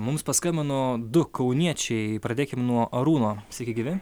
mums paskambino du kauniečiai pradėkim nuo arūno sveiki gyvi